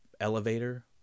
elevator